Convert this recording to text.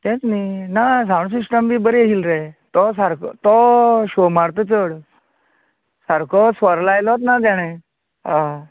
तेंच न्ही ना सावन्ड सिस्टम बी बरी आसलो रे तो सारको तो शो मारता चड सारकोच स्वर लायलोत ना तेणें होय